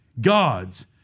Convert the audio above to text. gods